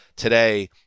Today